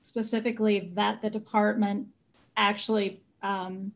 specifically that the department actually